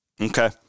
Okay